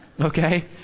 Okay